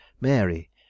mary